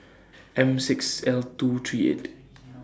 M six L two three eight